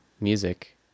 music